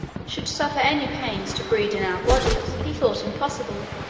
should suffer any pains to breed in our bodies, he thought impossible,